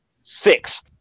Six